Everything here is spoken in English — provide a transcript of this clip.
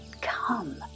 come